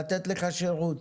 לתת לך שירות.